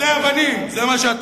עובדי אבנים, זה מה שאתם.